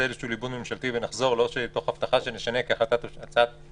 ליבון ממשלתי ונחזור לא תוך הבטחה שנשנה כי הצעת